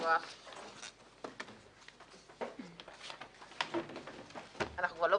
הישיבה ננעלה בשעה 13:02.